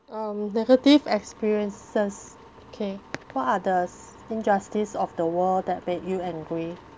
um negative experiences K what are the s~ injustice of the world that make you angry